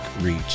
reach